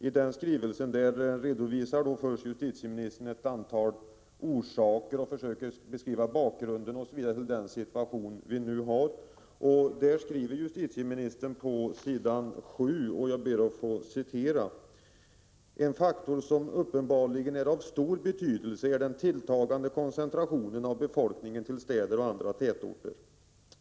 I skrivelsen redovisar justitieministern ett antal orsaker och försöker beskriva bakgrunden till den situation vi nu har. ”En faktor som uppenbarligen är av stor betydelse är den tilltagande koncentrationen av befolkningen till städer och andra tätorter.